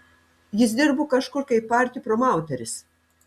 jis dirbo kažkur kaip party promauteris